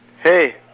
Hey